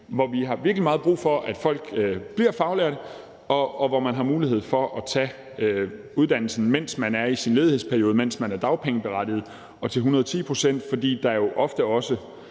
hvor vi har virkelig meget brug for, at folk bliver faglærte, og hvor man har mulighed for at tage uddannelsen, mens man er i sin ledighedsperiode, mens man er dagpengeberettiget, og det er til 110 pct., fordi der jo ofte også